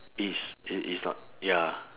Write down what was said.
it's it is not ya